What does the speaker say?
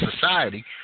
society